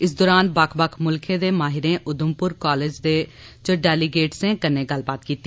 इस दरान बक्ख बक्ख मुल्खें दे माहिरें उधमपुर कालेज च डैलीगेटसें कन्नै गल्लबात कीती